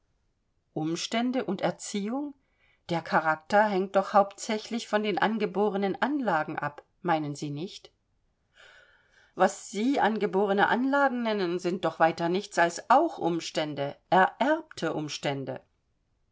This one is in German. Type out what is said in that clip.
umstände und erziehung der charakter hängt doch hauptsächlich von den angeborenen anlagen ab meinen sie nicht was sie angeborene anlagen nennen sind doch weiter nichts als auch umstände ererbte umstände